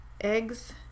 eggs